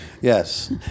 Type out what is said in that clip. yes